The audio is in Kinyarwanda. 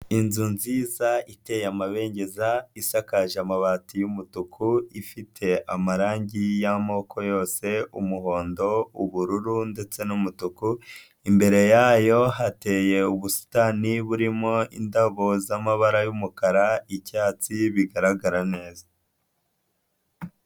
Inzu nziza iteye amabengeza, isakaje amabati'umutuku, ifite amarangi y'amoko yose, umuhondo, ubururu ndetse n'umutuku, imbere yayo hateye ubusitani buririmo indabo z'amabara y'umukara, icyatsi, bigaragara neza.